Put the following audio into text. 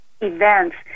events